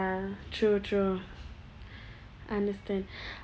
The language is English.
ya true true understand